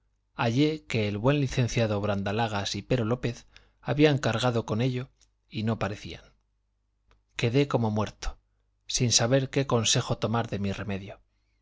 hallé que el buen licenciado brandalagas y pero lópez habían cargado con ello y no parecían quedé como muerto sin saber qué consejo tomar de mi remedio